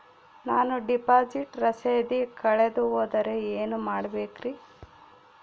ನಾನು ಡಿಪಾಸಿಟ್ ರಸೇದಿ ಕಳೆದುಹೋದರೆ ಏನು ಮಾಡಬೇಕ್ರಿ?